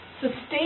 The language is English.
Sustain